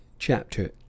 CHAPTER